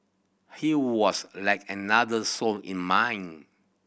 he was like another soul in mine